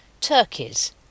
Turkeys